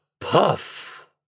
Puff